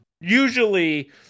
usually